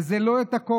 וזה לא הכול.